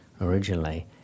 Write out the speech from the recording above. originally